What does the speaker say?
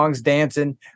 dancing